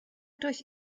durch